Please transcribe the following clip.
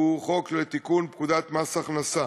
הוא חוק לתיקון פקודת מס הכנסה,